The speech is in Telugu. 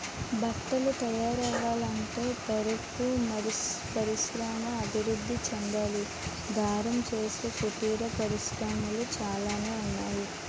బట్టలు తయారవ్వాలంటే దారపు పరిశ్రమ అభివృద్ధి చెందాలి దారం చేసే కుటీర పరిశ్రమలు చాలానే ఉన్నాయి